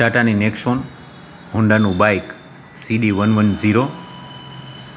ટાટાની Nexon હોન્ડાનું bike CD one one zero